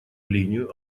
линию